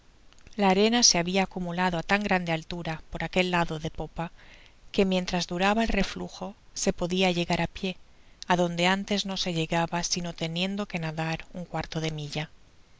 la arena se habia acumulado á tan grande altura por aquel lado de popa que mientras duraba el reflujo se podia llegar á pié adonde antes no se llegaba sino teniendo que nadar un euarto fle milla